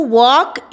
walk